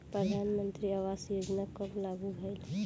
प्रधानमंत्री आवास योजना कब लागू भइल?